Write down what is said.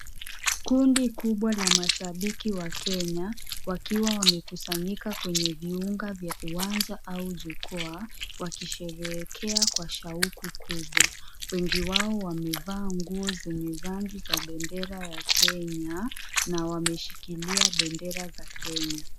Kundi kubwa la mashabiki wa Kenya, wakiwa wamekusanyika kwenye viunga vya uwanja au jukwaa wakisherehekea kwa shauku kubwa. Wengi wao wamevaa nguo zenye rangi za pendera ya Kenya na wameshikilia pendera za Kenya.